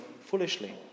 foolishly